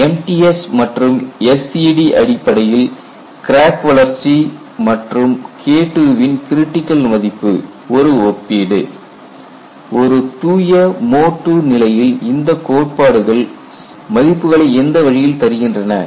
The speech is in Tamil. Comparison of crack growth and critical value of KII by MTS and SED MTS மற்றும் SED அடிப்படையில் கிராக் வளர்ச்சி மற்றும் KII வின் கிரிட்டிக்கல் மதிப்பு ஒரு ஒப்பீடு ஒரு தூய மோட் II நிலையில் இந்த கோட்பாடுகள் மதிப்புகளை எந்த வழியில் தருகின்றன